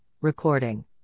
recording